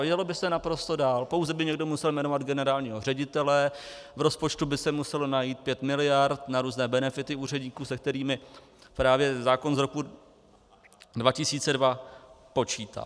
Jelo by se naprosto dál, pouze by někdo musel jmenovat generálního ředitele, v rozpočtu by se muselo najít 5 miliard na různé benefity úředníků, se kterými právě zákon z roku 2002 počítal.